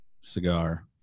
cigar